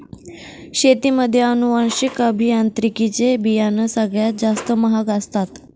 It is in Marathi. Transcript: शेतीमध्ये अनुवांशिक अभियांत्रिकी चे बियाणं सगळ्यात जास्त महाग असतात